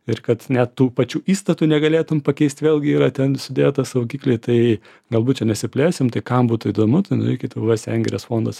ir kad net tų pačių įstatų negalėtum pakeist vėlgi yra ten sudėta saugikliai tai galbūt čia nesiplėsim tai kam būtų įdomu tai nueikit sengirės fondas